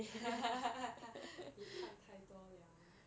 妳看太多 liao